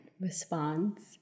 responds